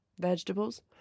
vegetables